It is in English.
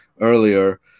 earlier